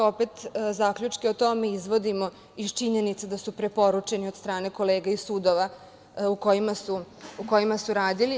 Opet zaključke o tome izvodimo iz činjenice da su preporučeni od strane kolega i sudova u kojima su radili.